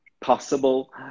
possible